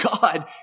God